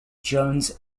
jones